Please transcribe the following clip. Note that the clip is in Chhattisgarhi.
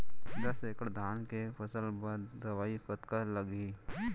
दस एकड़ धान के फसल बर दवई कतका लागही?